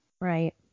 Right